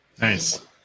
nice